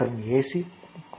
மற்றும் AC A